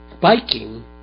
biking